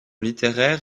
littéraire